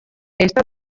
esta